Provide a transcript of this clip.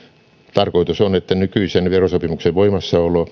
tarkoitus on että nykyisen verosopimuksen voimassaolo